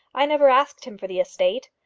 i never asked him for the estate.